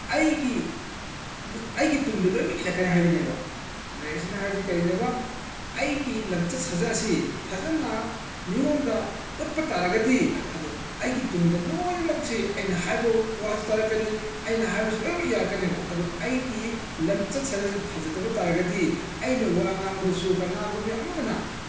ꯑꯩꯒꯤ ꯑꯩꯒꯤ ꯇꯨꯡꯗ ꯂꯣꯏꯅꯃꯛ ꯏꯜꯂꯛꯀꯅꯦ ꯍꯥꯏꯕꯅꯦꯕ ꯂꯥꯏꯔꯤꯛ ꯑꯁꯤꯅ ꯍꯥꯏꯔꯤꯁꯦ ꯀꯔꯤꯅꯦꯕ ꯑꯩꯒꯤ ꯂꯝꯆꯠ ꯁꯥꯖꯠ ꯑꯁꯤ ꯐꯖꯅ ꯃꯤꯉꯣꯟꯗ ꯎꯠꯄ ꯇꯥꯔꯒꯗꯤ ꯑꯗꯨ ꯑꯩꯒꯤ ꯇꯨꯡꯗ ꯂꯣꯏꯅꯃꯛꯁꯤ ꯑꯩꯅ ꯍꯥꯏꯕ ꯋꯥꯁꯨ ꯇꯥꯔꯛꯀꯅꯤ ꯑꯩꯅ ꯍꯥꯏꯕꯁꯨ ꯂꯣꯏꯃꯛ ꯌꯥꯔꯛꯀꯅꯦꯕ ꯑꯩꯒꯤ ꯂꯝꯆꯠ ꯁꯥꯖꯠꯁꯤ ꯐꯖꯗꯕ ꯇꯥꯔꯒꯗꯤ ꯑꯩꯅ ꯋꯥ ꯉꯥꯡꯕꯗꯁꯨ ꯀꯅꯥꯒꯨꯝꯕꯤ ꯑꯃꯠꯇꯅ